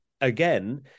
again